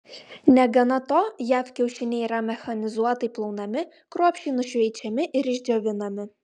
negana to jav kiaušiniai yra mechanizuotai plaunami kruopščiai nušveičiami ir išdžiovinami